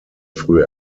früh